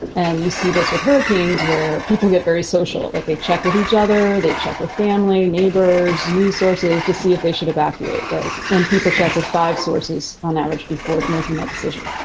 and you see this with hurricanes where people get very social. like they check with each other. they check with family, neighbors, new sources to see if they should evacuate. right. and people check with five sources on average before making that decision.